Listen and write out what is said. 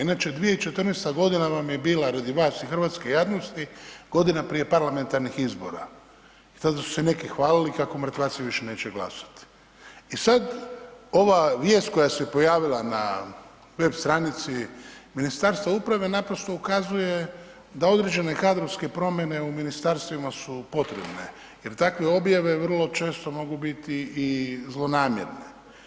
Inače, 2014. g. vam je bila radi vas i hrvatske javnosti, godina prije parlamentarnih izbora i zato su se neki hvalili kako mrtvaci više neće glasati i sad ova vijest koja se pojavila na web stranici Ministarstva uprave naprosto ukazuje da određene kadrovske promjene u ministarstvima su potrebne jer takve objave vrlo često mogu biti i zlonamjerne.